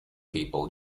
people